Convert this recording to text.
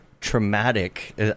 traumatic